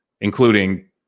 including